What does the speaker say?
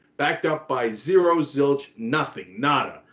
backed up by zero, zilch, nothing, nada.